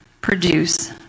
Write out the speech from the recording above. produce